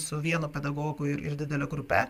su vienu pedagogu ir ir didele grupe